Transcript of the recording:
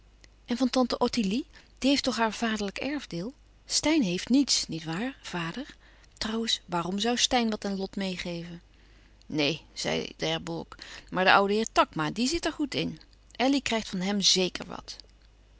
en van tante ottilie die heeft toch haar vaderlijk erfdeel steyn heeft niets niet waar vader trouwens waarom zoû steyn wat aan lot meê geven neen zei d'herbourg maar de oude heer takma die zit er goed in elly krijgt van hem zeker wat